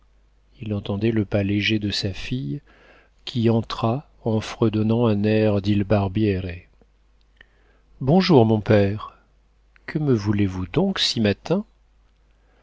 il entendait le pas léger de sa fille qui entra en fredonnant un air d'il barbiere bonjour mon père que me voulez-vous donc si matin